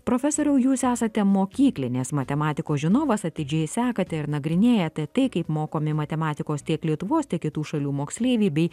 profesoriau jūs esate mokyklinės matematikos žinovas atidžiai sekate ir nagrinėjate tai kaip mokomi matematikos tiek lietuvos tiek kitų šalių moksleiviai bei